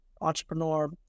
entrepreneur